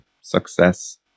success